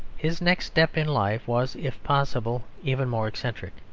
his next step in life was, if possible, even more eccentric.